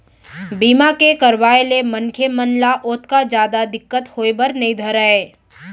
बीमा के करवाय ले मनखे मन ल ओतका जादा दिक्कत होय बर नइ धरय